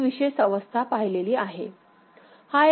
ही विशेष अवस्था पाहिलेली आहे